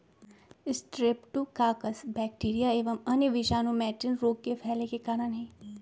streptococcus bacteria एवं अन्य विषाणु मैटिन रोग के फैले के कारण हई